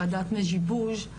ועדת מדז'יבוז,